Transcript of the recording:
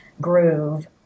groove